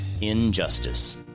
Injustice